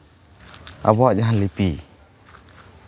ᱟᱵᱚᱣᱟᱜ ᱡᱟᱦᱟᱸ ᱞᱤᱯᱤ